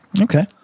Okay